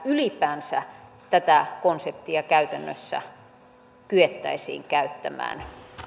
ylipäänsä tätä konseptia käytännössä kyettäisiin käyttämään